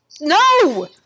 no